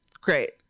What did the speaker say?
great